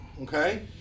okay